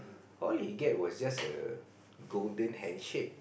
all he get was just a golden handshake